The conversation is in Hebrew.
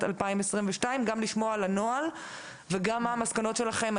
2022. נרצה לשמוע על הנוהל וגם על המסקנות שלכם,